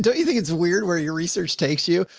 don't you think it's weird where your research takes you?